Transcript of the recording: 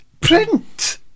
print